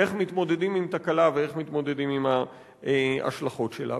איך מתמודדים עם תקלה ואיך מתמודדים עם ההשלכות שלה.